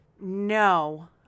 No